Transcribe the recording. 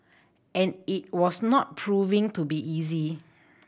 and it was not proving to be easy